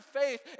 faith